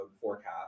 Forecast